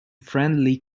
friendly